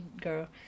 Girl